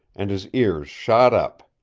and his ears shot up,